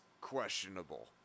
questionable